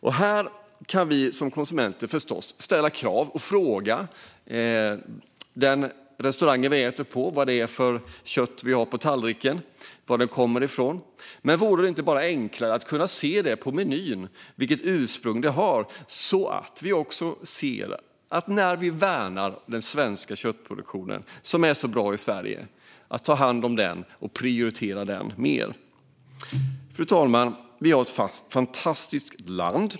Vi kan förstås som konsumenter ställa krav och fråga restaurangen där vi äter vad det är för kött vi har på tallriken och varifrån det kommer. Men vore det inte enklare om man kunde se på menyn vilket ursprung köttet har? Då ser vi också när vi värnar den svenska köttproduktionen, som är så bra. Det handlar om att ta hand om den och om att prioritera den mer. Fru talman! Vi har ett fantastiskt land.